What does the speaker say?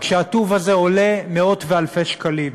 רק שהטוב הזה עולה מאות ואלפי שקלים.